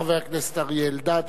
חבר הכנסת אריה אלדד,